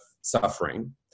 suffering